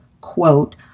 quote